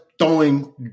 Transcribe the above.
throwing